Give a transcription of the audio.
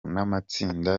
n’amatsinda